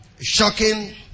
Shocking